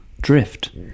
drift